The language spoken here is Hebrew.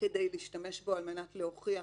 כדי להשתמש בו על מנת להוכיח